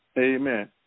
Amen